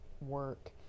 work